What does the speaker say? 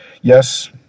Yes